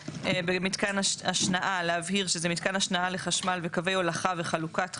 במתקן השנעה להבהיר שזה מתקן השנעה לחשמל וקווי הולכה וחלוקת חשמל.